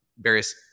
various